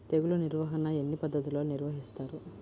తెగులు నిర్వాహణ ఎన్ని పద్ధతులలో నిర్వహిస్తారు?